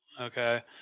Okay